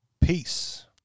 Peace